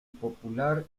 popular